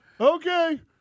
okay